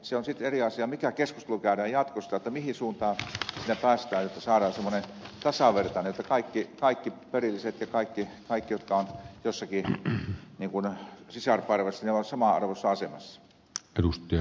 se on sitten eri asia mikä keskustelu käydään jatkosta mihin suuntaan siinä päästään jotta saadaan semmoinen tasavertainen ratkaisu jotta kaikki perilliset ja kaikki aitiot on tässäkin me ei jotka ovat sisarusparvessa ovat samanarvoisessa asemassa